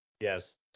Yes